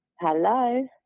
hello